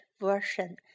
version